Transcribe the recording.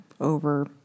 over